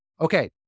Okay